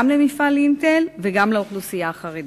גם למפעל "אינטל" וגם לאוכלוסייה החרדית.